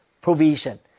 provision